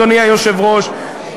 אדוני היושב-ראש,